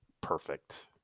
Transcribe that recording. perfect